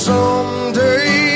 Someday